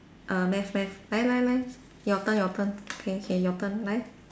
err math math 来来来 your turn your turn K K your turn 来